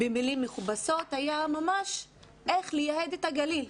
במילים מכובסות נאמר איך לייהד את הגליל.